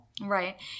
right